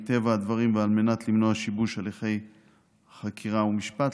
מטבע הדברים ועל מנת למנוע שיבוש הליכי חקירה ומשפט,